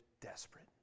desperate